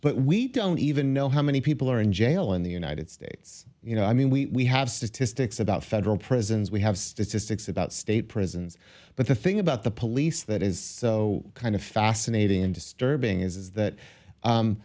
we don't even know how many people are in jail in the united states you know i mean we have statistics about federal prisons we have statistics about state prisons but the thing about the police that is so kind of fascinating and disturbing is that